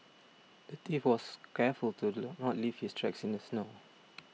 the thief was careful to not leave his tracks in the snow